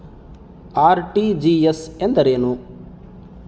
RTGS ಎಂದರೇನು?